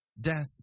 Death